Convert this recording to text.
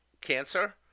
cancer